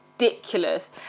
ridiculous